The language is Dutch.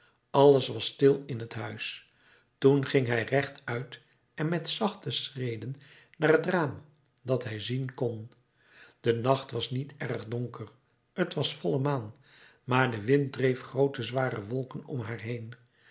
alles was stil in het huis toen ging hij rechtuit en met zachte schreden naar het raam dat hij zien kon de nacht was niet erg donker t was volle maan maar de wind dreef groote zware wolken om haar heen